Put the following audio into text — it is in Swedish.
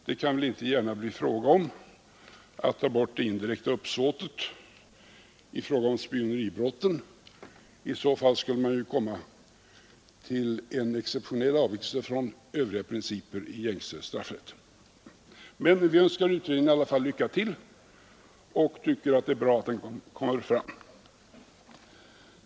Det kan väl inte gärna bli fråga om att ta bort det indirekta uppsåtet i fråga om spioneribrotten? I så fall skulle man ju göra en exceptionell avvikelse från övriga principer i gängse straffrätt. Vi önskar emellertid utredningen lycka till och tycker att det är bra att den kommer till.